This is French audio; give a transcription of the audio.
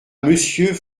monsieur